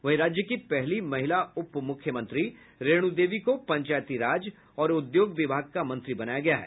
वहीं राज्य की पहली महिला उप मुख्यमंत्री रेणु देवी को पंचायती राज और उद्योग विभाग का मंत्री बनाया गया है